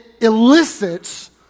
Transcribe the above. elicits